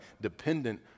dependent